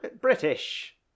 British